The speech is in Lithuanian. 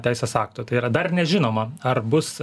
teisės akto tai yra dar nežinoma ar bus